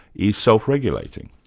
is self-regulating.